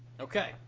Okay